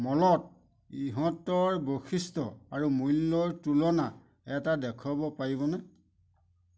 মলত ইহঁতৰ বৈশিষ্ট্য আৰু মূল্যৰ তুলনা এটা দেখুৱাব পাৰিবনে